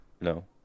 No